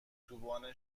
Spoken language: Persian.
اتوبان